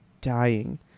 dying